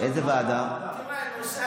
אנחנו רוצים